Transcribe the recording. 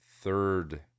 third